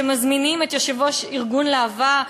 שמזמינים את יושב-ראש ארגון להב"ה,